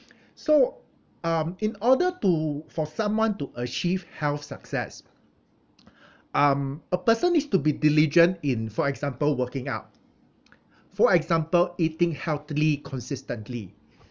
so um in order to for someone to achieve health success um a person needs to be diligent in for example working out for example eating healthily consistently